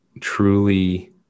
truly